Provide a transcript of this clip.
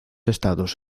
estados